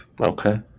Okay